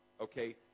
Okay